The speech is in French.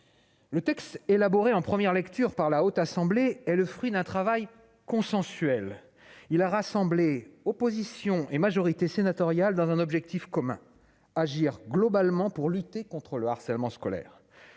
Le texte élaboré en première lecture par la Haute Assemblée est le fruit d'un travail consensuel. Il a rassemblé opposition et majorité sénatoriale autour d'un objectif commun : agir globalement pour lutter contre le harcèlement scolaire.